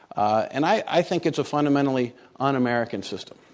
and i think it's a fundamentally un-american system.